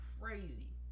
crazy